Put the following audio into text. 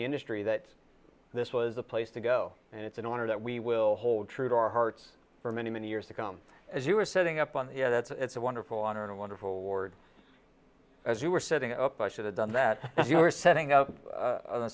the industry that this was a place to go and it's an honor that we will hold true to our hearts for many many years to come as you are setting up on the air that's it's a wonderful honor and wonderful lord as we were setting up i should have done that you were setting up